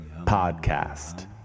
podcast